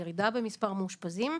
ירידה במספר מאושפזים.